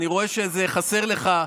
אני רואה שזה חסר לך,